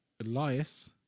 Elias